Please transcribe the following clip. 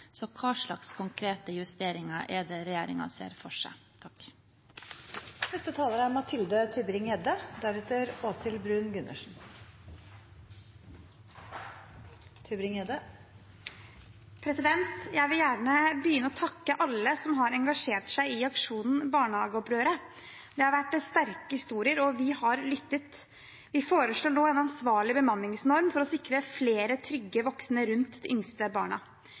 Hva slags konkrete justeringer er det regjeringen ser for seg? Jeg vil gjerne begynne med å takke alle som har engasjert seg i aksjonen Barnehageopprøret. Det har vært sterke historier, og vi har lyttet. Vi foreslår nå en ansvarlig bemanningsnorm for å sikre flere trygge voksne rundt de yngste barna.